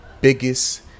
biggest